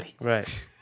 Right